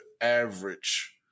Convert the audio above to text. average